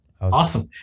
Awesome